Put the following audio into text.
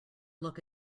look